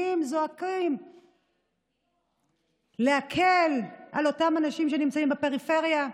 זועקים להקל על אותם אנשים שנמצאים בפריפריה,